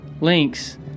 links